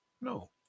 No